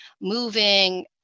moving